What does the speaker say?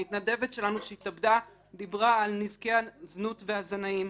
מתנדבת שלנו שהתאבדה דיברה על נזקי הזנות והזנאים,